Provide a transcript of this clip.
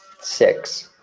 six